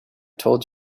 told